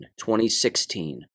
2016